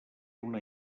una